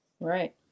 right